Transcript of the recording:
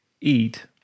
eat